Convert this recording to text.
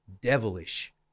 devilish